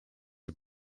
are